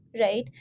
right